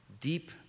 deep